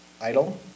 idle